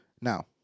Now